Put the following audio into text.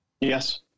Yes